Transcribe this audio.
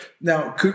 Now